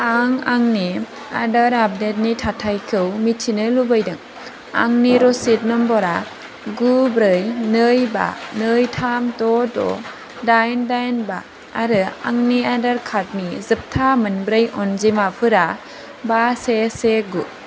आं आंनि आदार आपडेट नि थाथायखौ मिथिनो लुबैदों आंनि रसिद नम्बरा गु ब्रै नै बा नै थाम द' द' दाइन दाइन बा आरो आंनि आदार कार्ड नि जोबथा मोनब्रै अनजिमाफोरा बा से गु